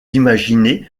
imaginer